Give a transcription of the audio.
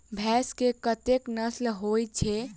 भैंस केँ कतेक नस्ल होइ छै?